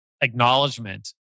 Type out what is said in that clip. acknowledgement